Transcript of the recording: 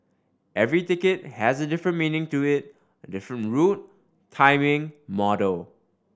every ticket has a different meaning to it a different route timing model